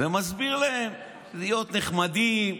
ומסביר להם להיות נחמדים,